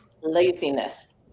Laziness